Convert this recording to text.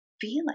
feeling